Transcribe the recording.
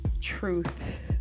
truth